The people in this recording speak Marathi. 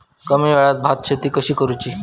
कमी वेळात भात शेती कशी करुची?